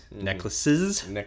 necklaces